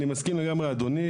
אני מסכים לגמרי אדוני.